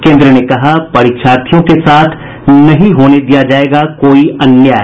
केन्द्र ने कहा परीक्षार्थियों के साथ नहीं होने दिया जाएगा कोई अन्याय